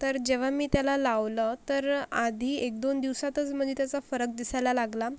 तर जेव्हा मी त्याला लावलं तर आधी एक दोन दिवसातच म्हणजे त्याचा फरक दिसायला लागला